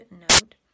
note